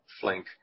Flink